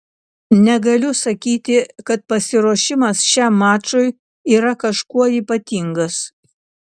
negaliu sakyti kad pasiruošimas šiam mačui yra kažkuo ypatingas